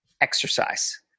exercise